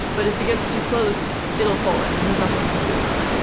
but if it gets too close it'll fall in, and there's nothing you can do about it.